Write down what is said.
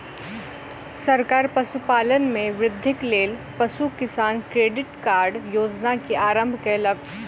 सरकार पशुपालन में वृद्धिक लेल पशु किसान क्रेडिट कार्ड योजना के आरम्भ कयलक